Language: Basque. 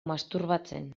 masturbatzen